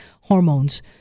hormones